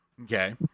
Okay